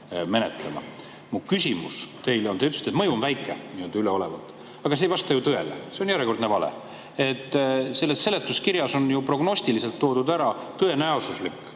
küsimus teile on selline. Te ütlesite, et mõju on väike – nii-öelda üleolevalt –, aga see ei vasta ju tõele. See on järjekordne vale. Selles seletuskirjas on ju prognostiliselt toodud ära tõenäosuslik